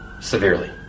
severely